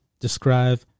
describe